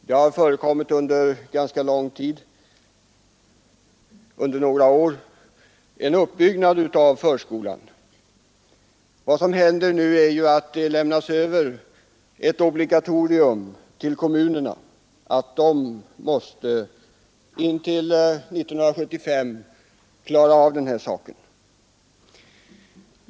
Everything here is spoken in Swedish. Det har under några år förekommit en utbyggnad av förskolan. Vad som nu händer är att vi inför ett obligatorium för kommunerna att före 1975 bygga ut förskolan så att alla sexåringar kan beredas plats.